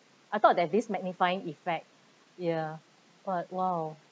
I thought that is this magnifying effect ya but !wow!